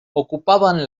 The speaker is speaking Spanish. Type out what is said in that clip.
ocupaban